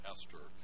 Esther